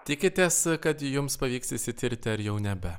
tikitės kad jums pavyks išsitirti ar jau nebe